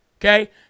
Okay